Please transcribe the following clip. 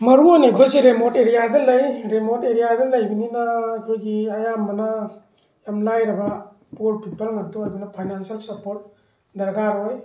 ꯃꯔꯨꯑꯣꯏꯅ ꯑꯩꯈꯣꯏꯁꯦ ꯔꯦꯃꯣꯠ ꯑꯦꯔꯤꯌꯥꯗ ꯂꯩ ꯔꯦꯃꯣꯠ ꯑꯦꯔꯤꯌꯥꯗ ꯂꯩꯕꯅꯤꯅ ꯑꯩꯈꯣꯏꯒꯤ ꯑꯌꯥꯝꯕꯅ ꯌꯥꯝ ꯂꯥꯏꯔꯕ ꯄꯣꯔ ꯄꯤꯄꯜ ꯉꯥꯛꯇ ꯑꯣꯏꯕꯅ ꯐꯥꯏꯅꯥꯟꯁꯤꯌꯦꯜ ꯁꯄꯣꯔꯠ ꯗꯔꯀꯥꯔ ꯑꯣꯏ